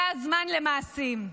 זה הזמן למעשים.